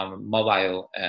mobile